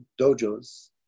dojos